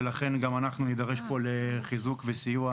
ולכן גם אנחנו נידרש פה לחיזוק וסיוע